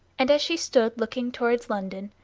and as she stood looking towards london,